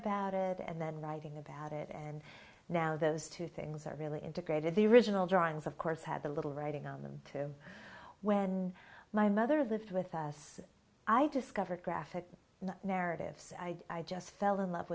about it and then writing about it and now those two things are really integrated the original drawings of course had the little writing on them too when my mother lived with us i discovered graphic narratives i do i just fell in love